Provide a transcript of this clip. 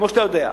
כמו שאתה יודע.